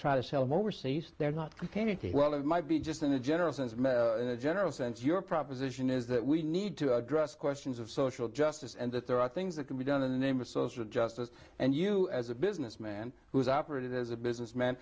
try to sell him overseas they're not going to well it might be just in a general sense in a general sense your proposition is that we need to address questions of social justice and that there are things that can be done in the name of social justice and you as a businessman who's operated as a businessman